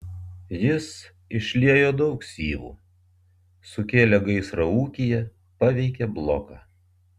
jis išliejo daug syvų sukėlė gaisrą ūkyje paveikė bloką